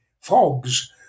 fogs